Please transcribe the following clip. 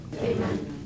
Amen